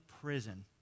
prison